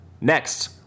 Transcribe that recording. Next